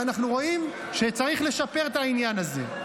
ואנחנו רואים שצריך לשפר את העניין הזה.